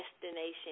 destination